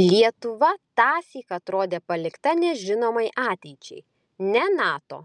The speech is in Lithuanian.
lietuva tąsyk atrodė palikta nežinomai ateičiai ne nato